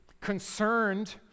concerned